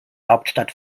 hauptstadt